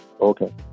Okay